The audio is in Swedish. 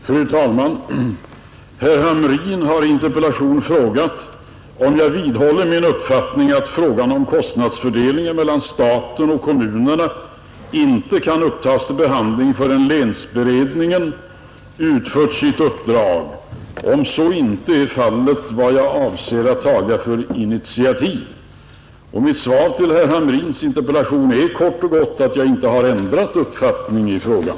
Fru talman! Herr Hamrin har i interpellation frågat mig, om jag vidhåller min uppfattning att frågan om kostnadsfördelningen mellan staten och kommunerna inte kan upptas till behandling förrän länsberedningen utfört sitt uppdrag och om så inte är fallet vad jag avser att taga för initiativ. Mitt svar på herr Hamrins interpellation är kort och gott att jag inte har ändrat uppfattning i frågan.